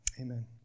Amen